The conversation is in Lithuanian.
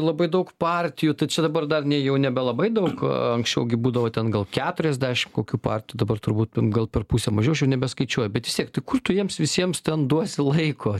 labai daug partijų tai čia dabar dar ne jau nebelabai daug anksčiau gi būdavo ten gal keturiasdešim kokių partijų dabar turbūt ten gal per pusę mažiau aš jau nebeskaičiuoju bet vis tiek tai kur tu jiems visiems ten duosi laiko